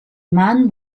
man